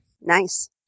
Nice